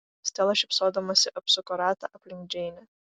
stela šypsodamasi apsuko ratą aplink džeinę